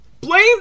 blame